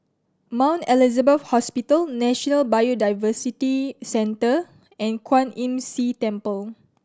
Mount Elizabeth Hospital National Biodiversity Centre and Kwan Imm See Temple